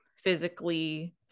physically